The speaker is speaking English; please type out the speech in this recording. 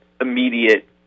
immediate